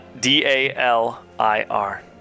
D-A-L-I-R